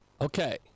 Okay